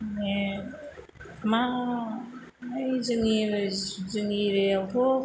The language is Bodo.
माने मा जोंनि जोंनि एरियायावथ'